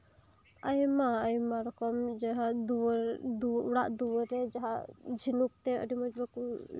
ᱟᱭᱢᱟ ᱟᱭᱢᱟ ᱨᱚᱠᱚᱢ ᱡᱟᱸᱦᱟᱭ ᱡᱟᱸᱦᱟᱭ ᱚᱲᱟᱜ ᱫᱩᱣᱟᱹᱨ ᱨᱮ ᱡᱟᱸᱦᱟ ᱡᱷᱤᱱᱩᱠ ᱛᱮ ᱟᱹᱰᱤ ᱢᱚᱡᱽ ᱵᱟᱠᱚ